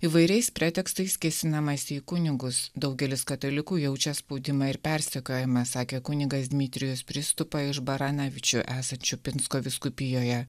įvairiais pretekstais kėsinamasi į kunigus daugelis katalikų jaučia spaudimą ir persekiojimą sakė kunigas dmitrijus pristupa iš baranavičių esančių pinsko vyskupijoje